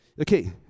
okay